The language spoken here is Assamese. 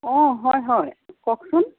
অঁ হয় হয় কওকচোন